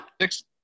Six